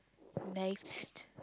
nice